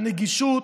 הנגישות,